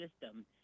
system